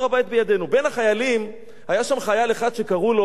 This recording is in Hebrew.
בין החיילים היה שם חייל אחד שקראו לו אז